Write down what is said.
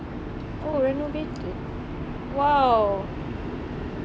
oh renovated !wow!